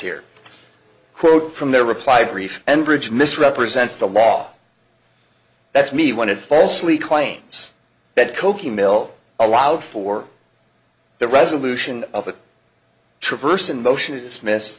here quote from their reply brief and bridge misrepresents the law that's me when it falsely claims that kochi mill allowed for the resolution of a traverse and motion to dismiss